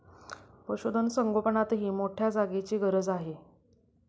पशुधन संगोपनातही मोठ्या जागेची गरज आहे